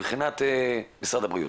מבחינת משרד הבריאות?